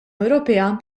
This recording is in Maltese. ewropea